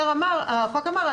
החוק אמר,